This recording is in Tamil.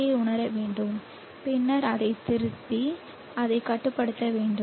யை உணர வேண்டும் பின்னர் அதைத் திருப்பி அதைக் கட்டுப்படுத்த வேண்டும்